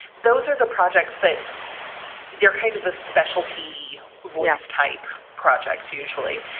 those are the projects that they're kind of the specialty west type projects usually.